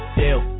deal